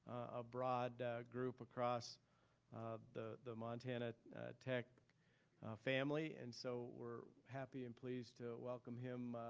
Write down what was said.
a broad group across the the montana tech family and so we're happy and pleased to welcome him,